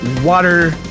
water